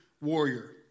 warrior